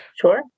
Sure